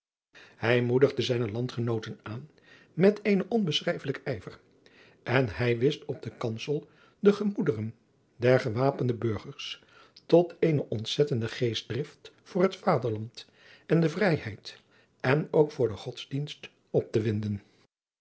hij moedigde zijne landgenooten aan met eenen onbeschrijfelijadriaan loosjes pzn het leven van maurits lijnslager ken ijver en hij wist op den kansel de gemoederen der gewapende burgers tot eene ontzettende geestdrift voor het vaderland en de vrijheid en ook voor den godsdienst op te winden